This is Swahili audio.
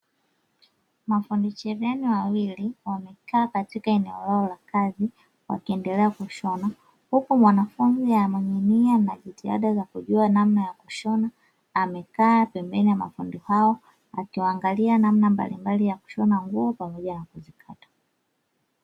Mafundi cherehani wawili wamekaa katika eneo lao la kazi wakiendelea kushona. Huku mwanafunzi anaendelea na jitihada za kujua namna ya kushona amekaa pembeni mwa mafundi hao akiangalia namna mbalimbali za kushona nguo pamoja na kuzikata.